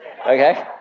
okay